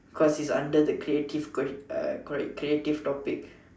cause he is under the creative question uh correct creative topic